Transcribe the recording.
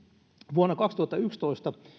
vuonna kaksituhattayksitoista